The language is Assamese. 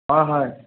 অঁ হয়